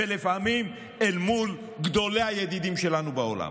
ולפעמים אל מול גדולי הידידים שלנו בעולם.